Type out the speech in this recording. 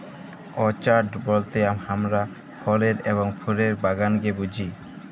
orchard বলতে হামরা ফলের এবং ফুলের বাগালকে বুঝি